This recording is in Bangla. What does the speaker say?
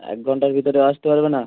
এক ঘন্টার ভিতরেও আসতে পারবে না